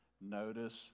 Notice